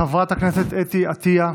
חברת הכנסת אתי עטייה,